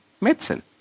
medicine